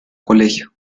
colegio